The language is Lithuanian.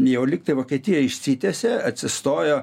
jau lyg tai vokietija išsitiesė atsistojo